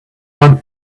one